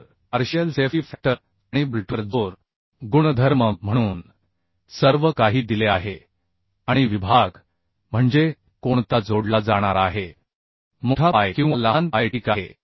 तर partial safety factor आणि बोल्टवर जोर गुणधर्म म्हणून सर्व काही दिले आहे आणि विभाग म्हणजे कोणता जोडला जाणार आहे मोठा पाय किंवा लहान पाय ठीक आहे